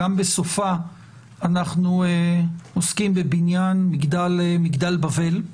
גם בסופה אנחנו עוסקים בבניין מגדל בבל.